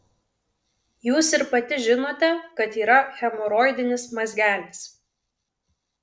jūs ir pati žinote kad yra hemoroidinis mazgelis